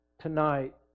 tonight